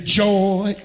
joy